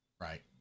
Right